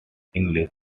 english